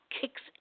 kicks